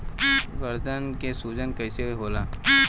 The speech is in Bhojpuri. गर्दन के सूजन कईसे होला?